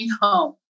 home